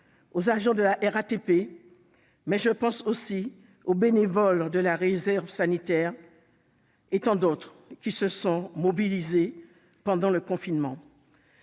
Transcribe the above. aux agents de la RATP. Je pense aussi aux bénévoles de la réserve sanitaire, et à tant d'autres qui se sont mobilisés pendant le confinement.